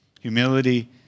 Humility